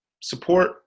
Support